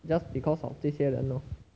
just because of 这些人咯